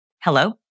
Hello